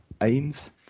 aims